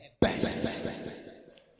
best